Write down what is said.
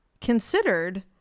considered